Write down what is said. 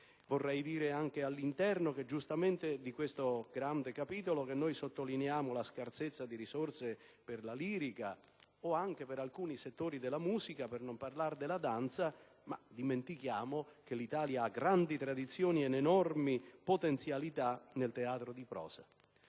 Vorrei dire anche, all'interno di questo grande capitolo, che noi sottolineiamo la scarsezza di risorse per la lirica o anche per alcuni settori della musica, per non parlare della danza, ma dimentichiamo che l'Italia ha grandi tradizioni ed enormi potenzialità nel teatro di prosa.